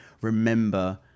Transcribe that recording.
remember